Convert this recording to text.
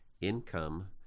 income